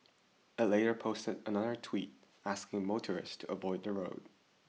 it later posted another tweet asking motorists to avoid the road